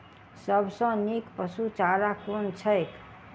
सबसँ नीक पशुचारा कुन छैक?